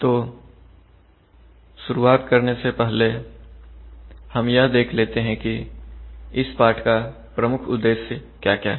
तो शुरुआत करने से पहले हम यह देख लेते हैं कि इस पाठ का प्रमुख उद्देश्य क्या क्या है